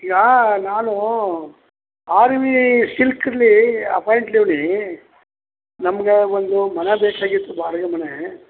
ಈಗಾ ನಾನು R V ಸಿಲ್ಕ್ಲಿ ಅಪಾಯಿಂಟಲ್ಲೀ ನಮಗೆ ಒಂದು ಮನೆ ಬೇಕಾಗಿತ್ತು ಬಾಡಿಗೆ ಮನೆ